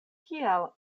kial